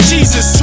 Jesus